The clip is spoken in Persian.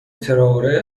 ترائوره